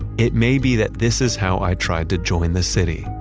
it may be that this is how i tried to join the city,